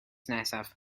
nesaf